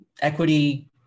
equity